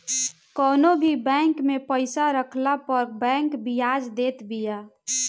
कवनो भी बैंक में पईसा रखला पअ बैंक बियाज देत बिया